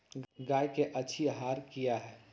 गाय के अच्छी आहार किया है?